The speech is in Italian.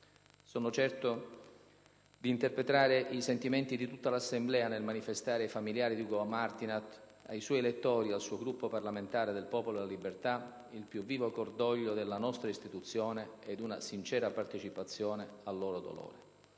Sono certo di interpretare i sentimenti di tutta l'Assemblea nel manifestare ai familiari di Ugo Martinat, ai suoi elettori e al Gruppo parlamentare del Popolo della Libertà il più vivo cordoglio della nostra istituzione ed una sincera partecipazione al loro dolore.